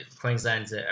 Queensland's